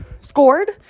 scored